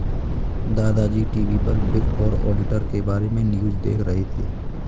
दादा जी टी.वी पर बिग फोर ऑडिटर के बारे में न्यूज़ देख रहे थे